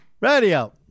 Radio